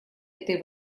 этой